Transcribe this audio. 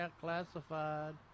classified